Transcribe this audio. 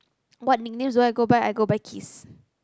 what nicknames do I go by I go by Qis